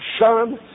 Son